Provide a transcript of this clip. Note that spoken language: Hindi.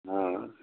हाँ